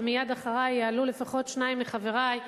מייד אחרי יעלו לפחות שניים מחברי,